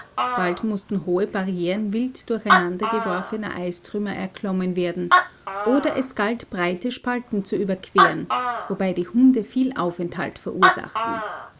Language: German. bald mußten hohe barrieren wild durcheinandergeworfener eistrümmer erklommen werden oder es galt breite spalten zu überqueren wobei die hunde viel aufenthalt verursachten